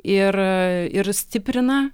ir ir stiprina